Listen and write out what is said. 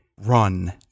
run